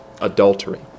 adultery